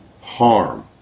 harm